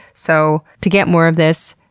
so to get more of this,